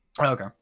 Okay